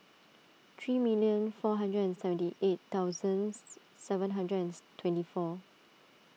three million four hundred and seventy eight thousands seven hundred and twenty four